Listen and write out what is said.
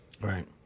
right